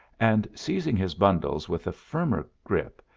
and, seizing his bundles with a firmer grip,